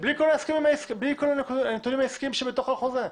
בלי כל הנתונים העסקים שבתוך החוזה.